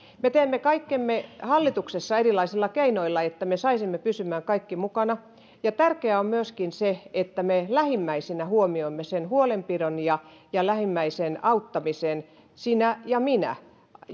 me teemme kaikkemme hallituksessa erilaisilla keinoilla että me saisimme pysymään kaikki mukana ja tärkeää on myöskin se että me lähimmäisinä huomioimme sen huolenpidon ja ja lähimmäisen auttamisen sinä ja minä